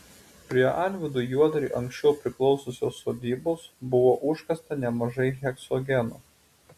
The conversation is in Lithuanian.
prie alvydui juodriui anksčiau priklausiusios sodybos buvo užkasta nemažai heksogeno